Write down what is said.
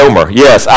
Yes